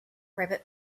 rabbit